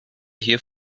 hier